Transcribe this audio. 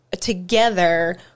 together